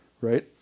Right